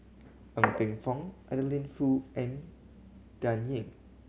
Ng Teng Fong Adeline Foo and Dan Ying